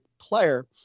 player